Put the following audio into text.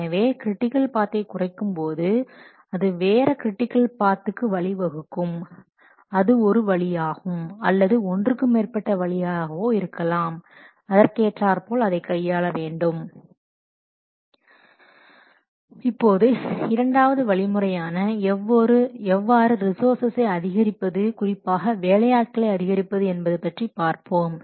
எனவே கிரிட்டிக்கல் பாத்தை குறைக்கும்போது அது வேற கிரிட்டிக்கல் பாத்கும் வழிவகுக்கும் அது ஒரு வழியாகும் அல்லது ஒன்றுக்கு மேற்பட்ட வழியாதாகவோ இருக்கலாம் அதற்கேற்றார்போல் அதை கையாள வேண்டும் இப்போது இரண்டாவது வழிமுறையான எவ்வாறு ரிசோர்சஸை அதிகரிப்பது குறிப்பாக வேலையாட்களை அதிகரிப்பது என்பது பற்றி பார்ப்போம்